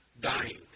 dying